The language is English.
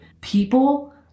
People